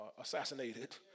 assassinated